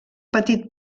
petit